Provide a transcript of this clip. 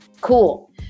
Cool